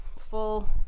full